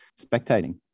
spectating